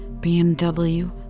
BMW